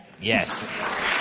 Yes